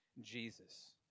Jesus